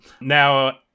Now